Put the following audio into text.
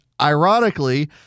ironically